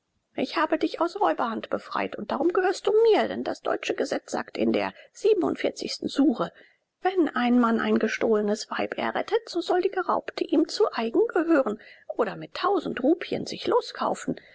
ich habe dich aus räuberhand befreit und darum gehörst du mir denn das deutsche gesetz sagt in der sure wenn ein mann ein gestohlenes weib errettet so soll die geraubte ihm zu eigen gehören oder mit tausend rupien sich loskaufen